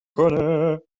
کنه